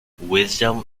wisdom